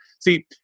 See